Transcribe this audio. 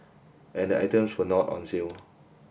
and the items were not on sale